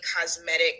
cosmetic